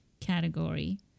category